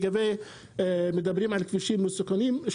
מדברים על כבישים מסוכנים,